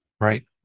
Right